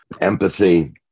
Empathy